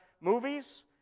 movies